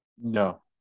No